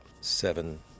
seven